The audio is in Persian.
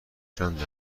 چند